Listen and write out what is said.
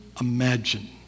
imagine